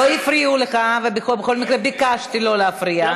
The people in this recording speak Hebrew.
לא הפריעו לך, ובכל מקרה ביקשתי לא להפריע.